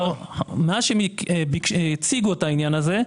מאז שהאוצר הציג לנו את העניין הזה,